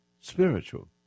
spiritual